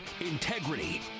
integrity